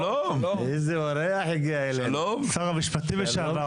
לפני כן נברך את שר המשפטים לשעבר,